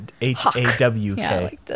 H-A-W-K